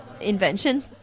invention